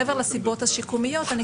מעבר לסיבות השיקומיות.